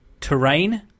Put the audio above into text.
terrain